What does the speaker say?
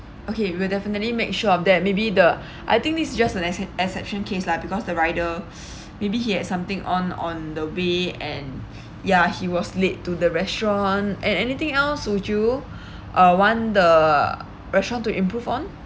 okay we will definitely make sure of that maybe the I think this is just the except~ exception case lah because the rider he had something on on the way and ya he was late to the restaurant and anything else would you uh want the restaurant to improve on